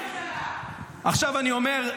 עכשיו אני אומר,